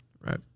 Right